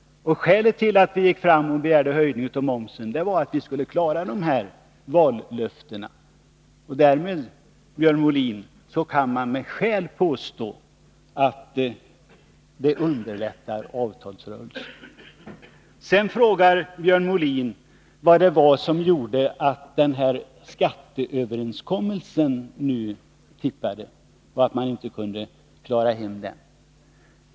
Skälet till att vi begärde en höjning av momsen var att vi skulle klara dessa vallöften. Därmed, Björn Molin, kan man med skäl påstå att momshöjningen underlättar avtalsrörelsen. Sedan frågar Björn Molin vad det var som gjorde att skatteöverenskommelsen tippade, så att man inte kunde klara den.